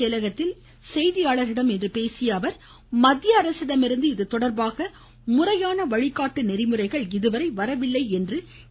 செயலகத்தில் செய்தியாளர்களிடம் பேசிய அவர் மத்திய சென்னை தலைமைச் அரசிடமிருந்து இதுதொடர்பாக முறையான வழிகாட்டு நெறிமுறைகள் இதுவரை வரவில்லை என்றார்